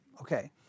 okay